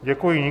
Děkuji.